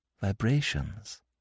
vibrations